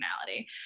personality